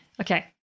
Okay